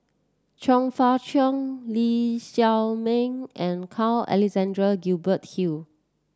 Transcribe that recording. Chong Fah Cheong Lee Shao Meng and Carl Alexander Gibson Hill